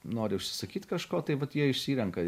nori užsisakyt kažko tai vat jie išsirenka